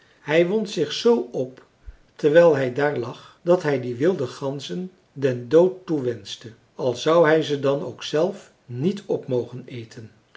hij wond zich zoo op terwijl hij daar lag dat hij die wilde ganzen den dood toewenschte al zou hij ze dan ook zelf niet op mogen eten